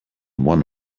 one